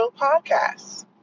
podcasts